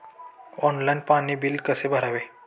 Online पाणी bill कसे भरावे?